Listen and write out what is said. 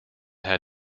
had